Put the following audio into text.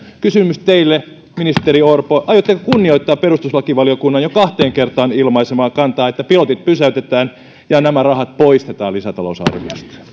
kysymys teille ministeri orpo aiotteko kunnioittaa perustuslakivaliokunnan jo kahteen kertaan ilmaisemaa kantaa että pilotit pysäytetään ja nämä rahat poistetaan lisätalousarviosta